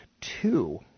two